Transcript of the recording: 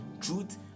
truth